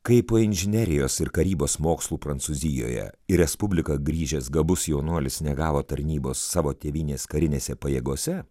kai po inžinerijos ir karybos mokslų prancūzijoje į respubliką grįžęs gabus jaunuolis negavo tarnybos savo tėvynės karinėse pajėgose